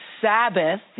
Sabbath